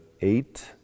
eight